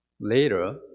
Later